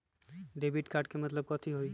Debit card के मतलब कथी होई?